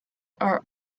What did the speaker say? are